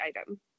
item